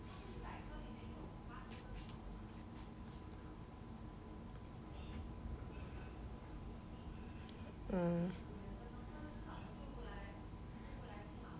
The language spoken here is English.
mm